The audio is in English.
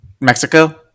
Mexico